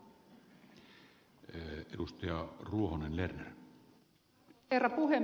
arvoisa herra puhemies